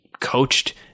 coached